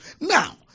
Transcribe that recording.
Now